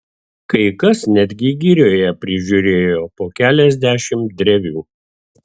kai kas netgi girioje prižiūrėjo po keliasdešimt drevių